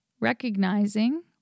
recognizing